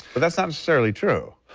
but that's not necessarily true.